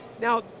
Now